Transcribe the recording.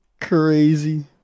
Crazy